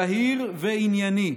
זהיר וענייני,